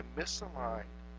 misaligned